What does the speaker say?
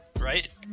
right